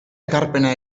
ekarpena